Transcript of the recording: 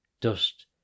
dust